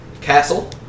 castle